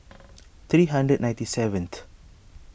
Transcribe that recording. three hundred ninety seventh